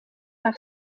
par